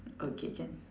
okay can